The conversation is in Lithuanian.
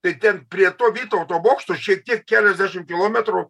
tai ten prie to vytauto bokšto šiek tiek keliasdešim kilometrų